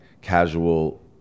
casual